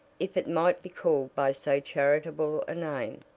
if it might be called by so charitable a name.